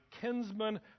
kinsman